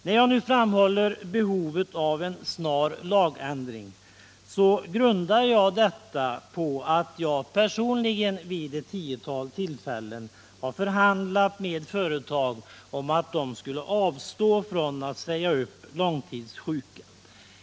När jag nu framhåller behovet grundar jag detta på att jag personligen vid ett tiotal tillfällen har förhandlat med företag om att de skulle avstå från att säga upp långtidssjuka.